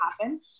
happen